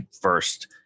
first